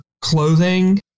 clothing